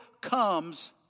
comes